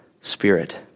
spirit